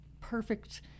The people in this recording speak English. perfect